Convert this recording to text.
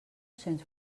cents